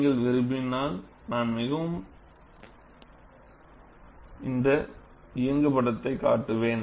நீங்கள் விரும்பினால் நான் மீண்டும் இயங்குபடத்தை காட்டுவேன்